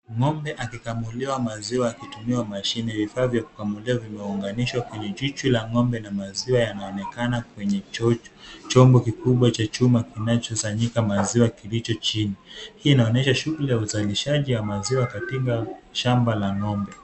Ng'ombe akikamuliwa maziwa akitumia mashine. Vifaa vya kukamulia vimeunganishwa kwenye chuchu la ng'ombe na maziwa yanaonekana kwenye chombo kikubwa cha chuma kinachosanyika maziwa kilicho chini. Hii inaonyesha shughuli ya uzalishaji ya maziwa katika shamba la ng'ombe.